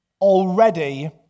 already